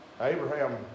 Abraham